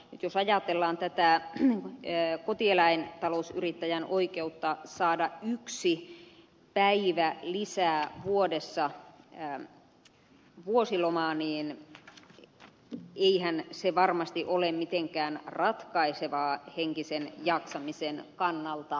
jos ajatellaan tätä kotieläintalousyrittäjän oikeutta saada yksi päivä lisää vuodessa vuosilomaa niin eihän se varmasti ole mitenkään ratkaisevaa henkisen jaksamisen kannalta